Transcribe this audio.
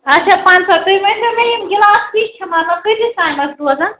اچھا پَنٛژہ تُہۍ ؤنتَو مےٚ یِم گِلاس کِتھ چھِ مطلب کۭتِس ٹایمَس روزَن